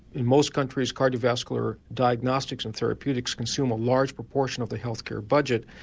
in most countries cardiovascular diagnostics and therapeutics consume a large proportion of the health care budget.